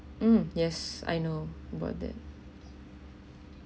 mm yes I know about that